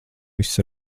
viss